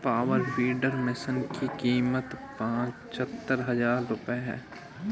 power weeder machine की कीमत पचहत्तर हजार रूपये है